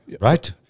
right